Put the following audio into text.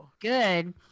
Good